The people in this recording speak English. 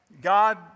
God